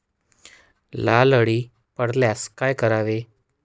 लाल अळी पडल्यास काय करावे?